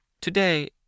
Today